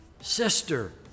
Sister